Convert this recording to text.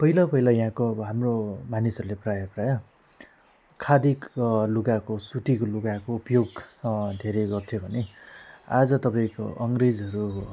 पहिला पहिला यहाँको अब हाम्रो मानिसहरूले प्रायः प्रायः खादी लुगाको सुतीको लुगाको उपयोग धेरै गर्थे भने आज तपाईँको अङ्ग्रेजहरू